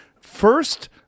first